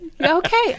okay